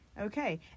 Okay